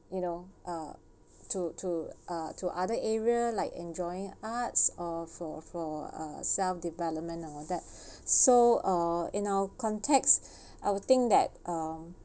you know um to to uh to other area like enjoying arts for for a self development that so uh in our context I would think that um